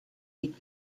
each